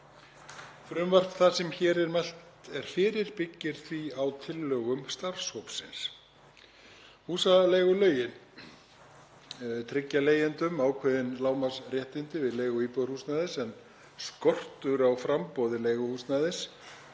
Frumvarp það sem hér er mælt fyrir byggir á tillögum starfshópsins. Húsaleigulögin tryggja leigjendum ákveðin lágmarksréttindi við leigu íbúðarhúsnæðis en skortur á framboði leiguhúsnæðis